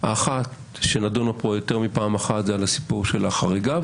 האחת שנדונה פה יותר מפעם אחת זה על הסיפור של החריגה,